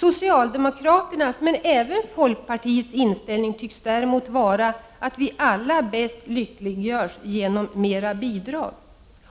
Socialdemokraternas, och även folkpartiets, inställning tycks däremot vara att vi alla bäst lyckliggörs genom mera bidrag.